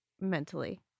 mentally